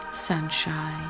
sunshine